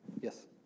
Yes